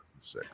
2006